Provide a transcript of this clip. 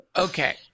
Okay